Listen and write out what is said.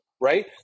right